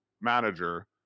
manager